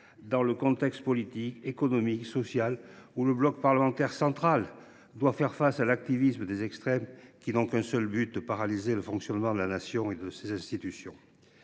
dans un contexte politique, économique et social où le bloc parlementaire central doit faire face à l’activisme des extrêmes, lesquels n’ont qu’un seul but : celui de paralyser le fonctionnement normal de la Nation et de ses institutions.